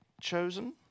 chosen